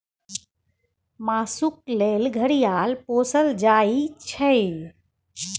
मासुक लेल घड़ियाल पोसल जाइ छै